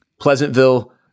Pleasantville